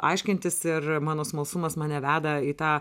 aiškintis ir mano smalsumas mane veda į tą